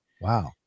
Wow